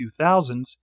2000s